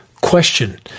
Question